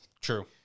True